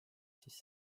siis